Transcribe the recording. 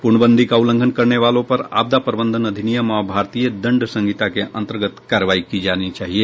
पूर्णबंदी का उल्लंघन करने वालो पर आपदा प्रबंधन अधिनियम और भारतीय दंड संहिता के अंतर्गत कार्रवाई की जानी चाहिए